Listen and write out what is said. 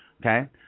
Okay